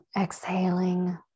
exhaling